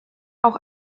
auch